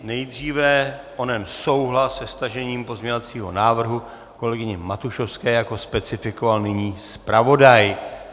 Nejdříve onen souhlas se stažením pozměňovacího návrhu kolegyně Matušovské, jak ho nyní specifikoval zpravodaj.